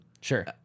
Sure